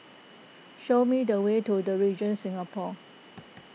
show me the way to the Regent Singapore